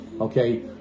okay